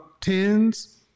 tens